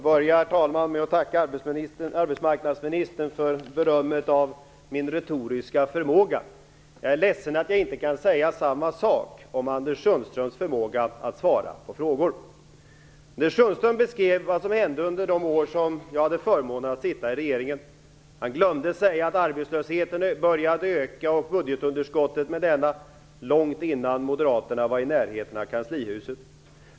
Herr talman! Jag börjar med att tacka arbetsmarknadsministern för berömmet av min retoriska förmåga. Jag är ledsen att jag inte kan säga samma sak om Anders Sundströms förmåga att svara på frågor. Anders Sundström beskrev vad som hände under de år som jag hade förmånen att sitta i regeringen. Han glömde att säga att arbetslösheten började öka och budgetunderskottet med denna långt innan moderaterna var i närheten av kanslihuset.